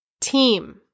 Team